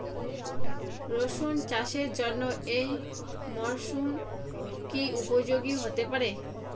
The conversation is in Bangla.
রসুন চাষের জন্য এই মরসুম কি উপযোগী হতে পারে?